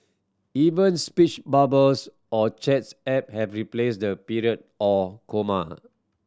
even speech bubbles on chats app have replaced the period or comma